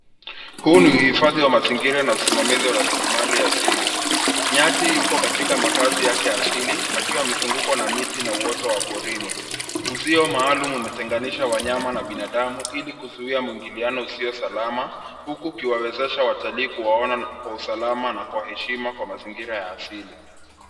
Huu ni uhifadhi wa mazingira na usimamizi wa raslimali asili. Nyati yuko katika makazi yake asili akiwa amezungukwa na miti na uoto wa porini. Uzio maalum umetenganisha wanyama na binadamu ili kuzuia muingiliano usio salama huku ukiwawezesha watalii kuwaona kwa usalama na kwa heshima kwa mazingira ya asili.